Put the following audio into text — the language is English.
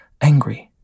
angry